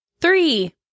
Three